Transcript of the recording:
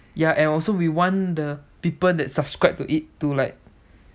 ya and also we want the people that subscribe to it to like